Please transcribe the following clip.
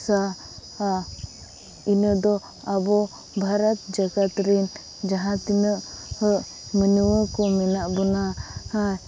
ᱥᱟ ᱦᱟ ᱤᱱᱟᱹ ᱫᱚ ᱟᱵᱚ ᱵᱷᱟᱨᱚᱛ ᱡᱟᱠᱟᱛ ᱨᱱᱱ ᱡᱟᱦᱟᱸ ᱛᱤᱱᱟᱹᱜ ᱦᱟᱸᱜ ᱢᱟᱹᱱᱣᱟ ᱠᱚ ᱢᱮᱱᱟᱜ ᱵᱚᱱᱟ ᱦᱟᱸ